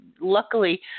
luckily